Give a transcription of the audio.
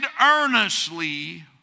earnestly